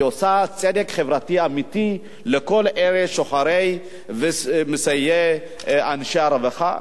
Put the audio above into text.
היא עושה צדק חברתי אמיתי לכל אלה שהם שוחרי ומסייעי אנשי הרווחה.